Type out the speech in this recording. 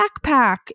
backpack